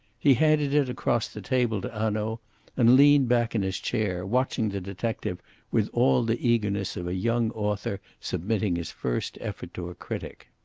he handed it across the table to hanaud and leaned back in his chair, watching the detective with all the eagerness of a young author submitting his first effort to a critic.